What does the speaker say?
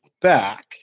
back